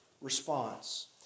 response